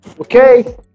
Okay